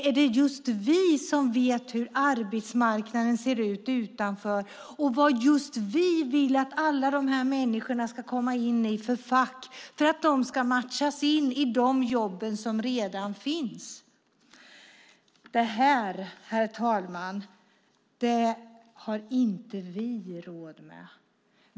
Är det just vi som vet hur arbetsmarknaden ser ut utanför? Handlar det om vilka fack som just vi vill att alla dessa människor ska komma in i för att de ska matchas in i de jobb som redan finns? Detta, herr talman, har inte vi råd med.